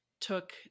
took